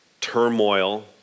turmoil